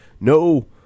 No